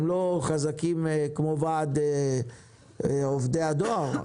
הם לא חזקים כמו ועד עובדי הדואר,